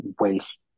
waste